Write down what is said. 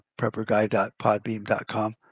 prepperguy.podbeam.com